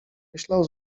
myślał